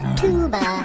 tuba